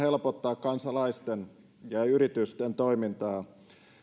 helpottaa kansalaisten ja yritysten toimintaa